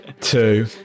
two